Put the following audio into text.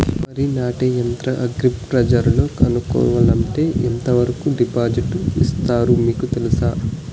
వరి నాటే యంత్రం అగ్రి బజార్లో కొనుక్కోవాలంటే ఎంతవరకు డిస్కౌంట్ ఇస్తారు మీకు తెలుసా?